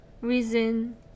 reason